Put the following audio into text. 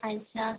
अच्छा